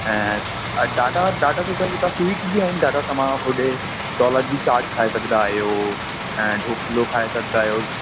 ऐं ॾाढा ॾाढा सुठा सुठा स्वीट्स बि आहिनि ॾाढा तमामु होॾे दौलत जी चाट खाए सघंदा आयो ऐं ढोकलो खाए सघंदा आहियो